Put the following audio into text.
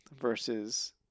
versus –